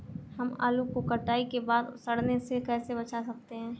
हम आलू को कटाई के बाद सड़ने से कैसे बचा सकते हैं?